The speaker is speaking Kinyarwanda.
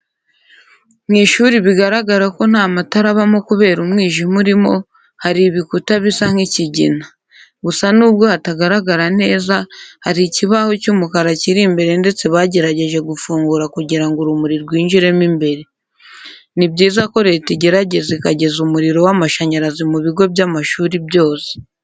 Mu ishuri bigaragara ko nta matara abamo kubera umwijima urimo, hari ibikuta bisa nk'ikigina. Gusa nubwo hatagaragara neza hari ikibaho cy'umukara kiri imbere ndetse bagerageje gufungura kugira ngo urumuri rwinjiremo imbere. Ni byiza ko Leta igerageza ikageza umuriro w'amashanyarazi mu bigo by'amashuri byose.